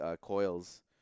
coils